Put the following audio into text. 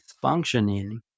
functioning